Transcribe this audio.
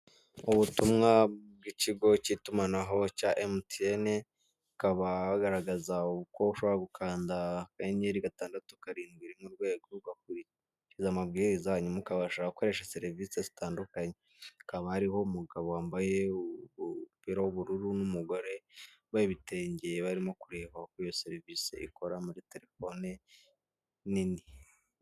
Ubutumwa bw'ikigo cy'itumanaho cya MTN akaba bagaragaza uko ushobora gukanda akanyenyeri gatandatu, karindwi rimwe urwego ugakurikiza amabwiriza hanyuma ukabasha gukoresha serivisi zitandukanye. Hakaba hariho umugabo wambaye umupira w'ubururu n'umugore wambaye ibitenge, barimo kureba uko iyo serivisi ikora muri telefone nini.